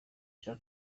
cya